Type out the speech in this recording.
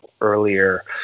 earlier